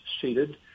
seated